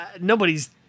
nobody's